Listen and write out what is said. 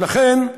ולכן,